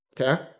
okay